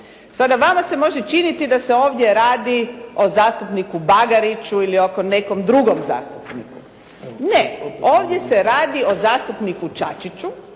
Sada vama se može činiti da se ovdje radi o zastupniku Bagariću ili nekom drugom zastupniku. Ne, ovdje se radi o zastupniku Čačiću,